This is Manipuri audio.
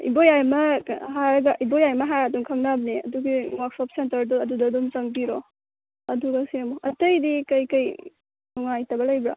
ꯏꯕꯣꯌꯥꯏꯃ ꯍꯥꯏꯔꯒ ꯏꯕꯣꯌꯥꯏꯃ ꯍꯥꯏꯔ ꯑꯗꯨꯝ ꯈꯪꯅꯕꯅꯦ ꯑꯗꯨꯒꯤ ꯋꯥꯔꯛꯁꯣꯞ ꯁꯦꯟꯇꯔꯗꯣ ꯑꯗꯨꯗ ꯑꯗꯨꯝ ꯆꯪꯕꯤꯔꯣ ꯑꯗꯨꯒ ꯁꯦꯝꯃꯣ ꯑꯇꯩꯗꯤ ꯀꯩꯀꯩ ꯅꯨꯡꯉꯥꯏꯇꯕ ꯂꯩꯕ꯭ꯔꯥ